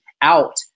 out